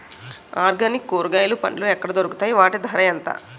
Organic కూరగాయలు పండ్లు ఎక్కడ దొరుకుతాయి? వాటి ధర ఎంత?